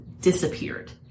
disappeared